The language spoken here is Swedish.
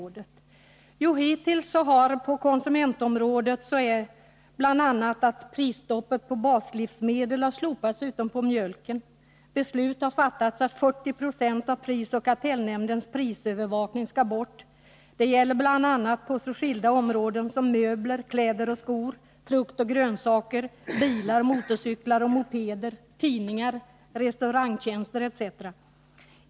Jo, hittills har regeringen bl.a. slopat prisstoppet på alla baslivsmedel utom mjölk. Beslut har också fattats om att 40 96 av prisoch kartellnämndens prisövervakning skall bort. Det gäller bl.a. så skilda varor som möbler, kläder och skor, frukt och grönsaker, bilar, motorcyklar och mopeder, tidningar, restaurangtjänster etc.